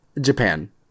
Japan